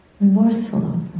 remorseful